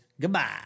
goodbye